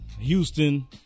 Houston